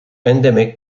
endemic